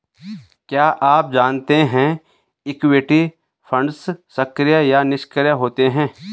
क्या आप जानते है इक्विटी फंड्स सक्रिय या निष्क्रिय होते हैं?